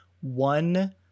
one